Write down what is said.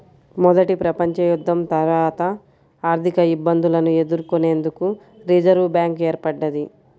మొదటి ప్రపంచయుద్ధం తర్వాత ఆర్థికఇబ్బందులను ఎదుర్కొనేందుకు రిజర్వ్ బ్యాంక్ ఏర్పడ్డది